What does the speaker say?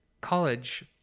college